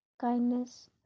kindness